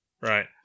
Right